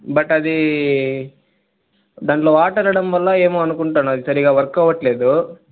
but అది దానిలో water వెళ్ళడం వల్ల ఏమో అనుకుంటా అది సరిగ్గా వర్క్ అవటం లేదు